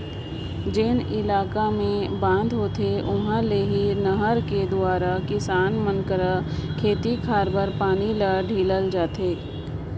जेन इलाका मे बांध होथे उहा ले ही नहर कर दुवारा किसान मन कर खेत खाएर बर पानी ल ढीलल जाथे